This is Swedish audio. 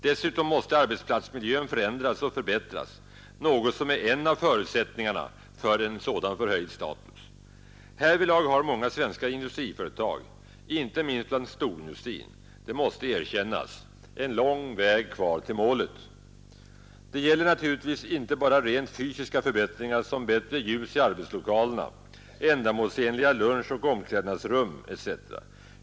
Dessutom måste arbetsplatsmiljön förändras och förbättras, något som är en av förutsättningarna för en förhöjd status. Härvidlag har många svenska industriföretag, icke minst bland storindustrin — det måste erkännas — en lång väg kvar till målet. Det gäller naturligtvis icke bara rent fysiska förbättringar som bättre ljus i arbetslokalerna, ändamålsenliga lunchoch omklädnadsrum etc.